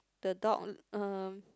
the dog um